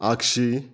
आग्शी